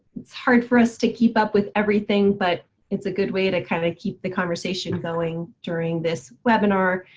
it's hard for us to keep up with everything, but it's a good way to kinda keep the conversation going during this webinar.